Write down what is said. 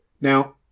Now